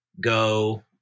go